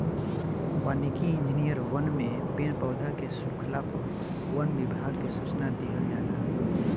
वानिकी इंजिनियर वन में पेड़ पौधा के सुखला पर वन विभाग के सूचना दिहल जाला